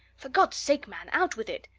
for god's sake, man, out with it!